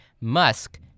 Musk